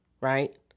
right